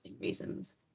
reasons